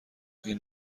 این